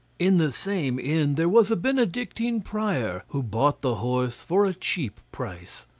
in the same inn there was a benedictine prior who bought the horse for a cheap price.